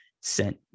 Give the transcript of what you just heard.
sent